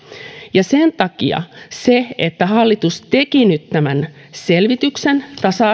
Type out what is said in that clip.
sen takia se että hallitus teki nyt tämän selvityksen tasa